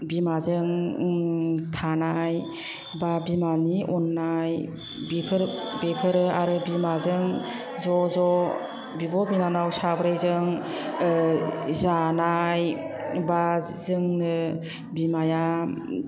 बिमाजों थानाय बा बिमानि अन्नाय बिफोर बेफोरो आरो बिमाजों ज' ज' बिब' बिनानाव साब्रैजों जानाय बा जोंनो बिमाया